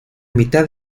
mitad